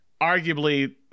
arguably